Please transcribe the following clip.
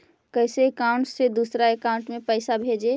पैसा अकाउंट से दूसरा अकाउंट में कैसे भेजे?